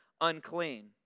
unclean